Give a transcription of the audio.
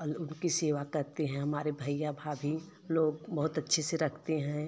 और उनकी सेवा करते हैं हमारे भैया भाभी लोग बहुत अच्छे से रखते हैं